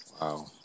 Wow